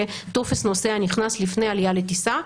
טופס "נוסע נכנס" לפני העלייה לטיסה,